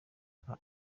nka